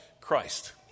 Christ